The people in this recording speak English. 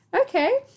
Okay